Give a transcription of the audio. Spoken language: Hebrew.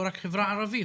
לא רק החברה הערבית,